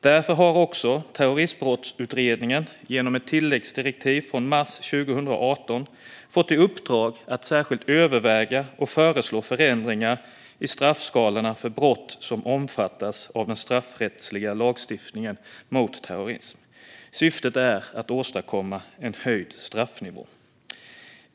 Därför har Terroristbrottsutredningen, genom ett tilläggsdirektiv från mars 2018, också fått i uppdrag att "särskilt överväga och föreslå förändringar i straffskalorna för brott som omfattas av den straffrättsliga lagstiftningen mot terrorism, i syfte att åstadkomma en höjd straffnivå".